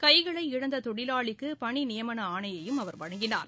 கைகளை இழந்த தொழிலாளிக்கு பணி நியமன ஆணையையும் அவர் வழங்கினார்